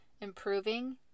improving